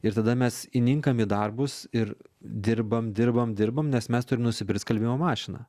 ir tada mes įninkam į darbus ir dirbam dirbam dirbam nes mes turim nusipirkt skalbimo mašiną